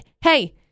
hey